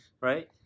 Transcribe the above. Right